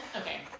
okay